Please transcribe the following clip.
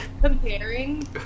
Comparing